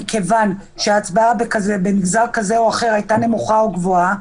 מכיוון שההצבעה במגזר כזה או אחר הייתה נמוכה או גבוהה.